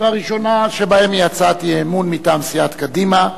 הראשונה שבהן היא הצעת אי-אמון מטעם סיעת קדימה,